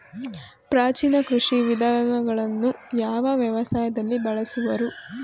ಪ್ರಾಚೀನ ಕೃಷಿ ವಿಧಾನಗಳನ್ನು ಯಾವ ವ್ಯವಸಾಯದಲ್ಲಿ ಬಳಸುವರು?